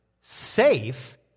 safe